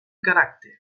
caràcter